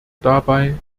dabei